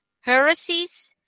heresies